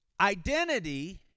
Identity